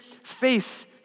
face